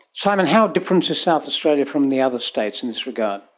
simon, how different is south australia from the other states in this regard?